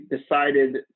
decided